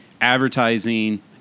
Advertising